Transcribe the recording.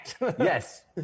Yes